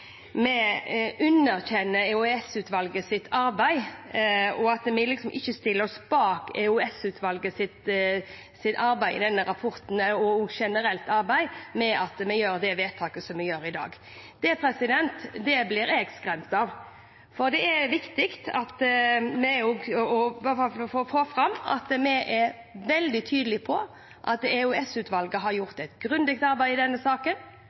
vi underkjenner EOS-utvalgets arbeid, og at vi ikke stiller oss bak EOS-utvalgets rapport og det generelle arbeidet, med det vedtaket vi fatter i dag. Det blir jeg skremt av. Det er viktig at vi får fram og er veldig tydelig på at EOS-utvalget har gjort et grundig arbeid i denne saken.